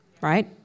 right